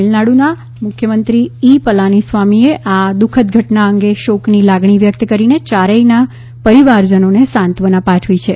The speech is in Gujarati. તમિલનાડુના મુખ્યમંત્રી ઇ પલાનીસ્વામીએ આ દુઃખદ ઘટના અંગે શોકની લાગણી વ્યક્ત કરીને ચારેયના પરિવારજનોને સાંત્વના પાઠવી છે